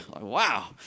Wow